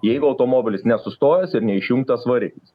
jeigu automobilis nesustojęs ir neišjungtas variklis